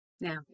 Now